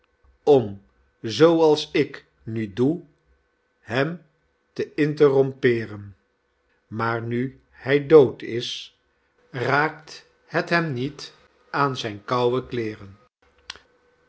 om zoo als ik nu doe hem te interrompeeren maar nu hy dood is raakt het hem niet aan zijn kouwe kleêren